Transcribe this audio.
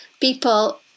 People